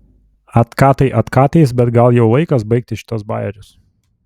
atkatai atkatais bet gal jau laikas baigti šituos bajerius